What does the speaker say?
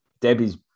debbie's